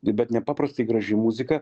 bet nepaprastai graži muzika